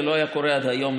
זה לא היה קורה עד היום,